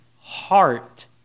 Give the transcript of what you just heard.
heart